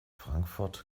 frankfurt